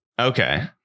Okay